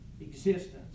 existence